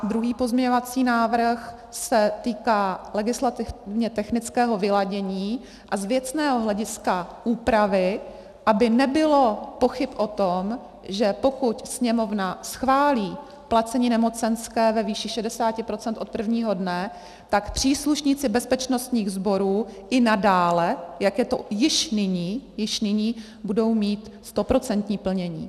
Druhý pozměňovací návrh se týká legislativně technického vyladění a z věcného hlediska úpravy, aby nebylo pochyb o tom, že pokud Sněmovna schválí placení nemocenské ve výši 60 % od prvního dne, tak příslušníci bezpečnostních sborů i nadále, jak je to již nyní, již nyní budou mít 100% plnění.